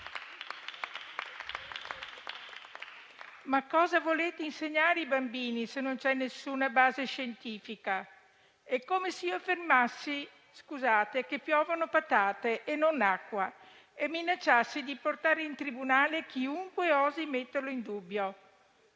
Cosa volete insegnare ai bambini se non c'è alcuna base scientifica? È come se affermassi - scusate - che piovono patate e non acqua e minacciassi di portare in tribunale chiunque osi metterlo in dubbio.